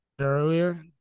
earlier